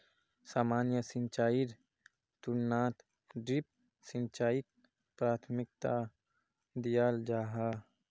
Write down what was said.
सामान्य सिंचाईर तुलनात ड्रिप सिंचाईक प्राथमिकता दियाल जाहा